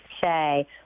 say